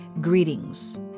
greetings